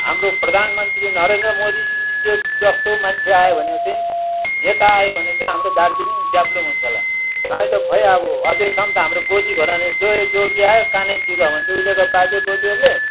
हाम्रो प्रधान मन्त्री नरेन्द्र मोदीजी जस्तो मान्छे आयो भने चाहिँ नेता आयो भने चाहिँ हाम्रो दार्जिलिङ डेभलप हुन्छ होला नभए त खोइ अब अजैसम्म त हाम्रो गोजी भराउने जोइ जोगी आयो कानै चिरुवा भन्थ्यो उहिलेको बाजे बोजूहरूले